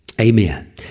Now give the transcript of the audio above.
Amen